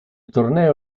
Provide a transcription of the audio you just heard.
torneo